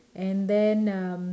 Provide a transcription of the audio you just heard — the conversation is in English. and then um